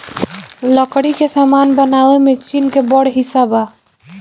लकड़ी के सामान बनावे में चीन के बड़ हिस्सा बा